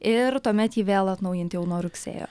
ir tuomet jį vėl atnaujinti jau nuo rugsėjo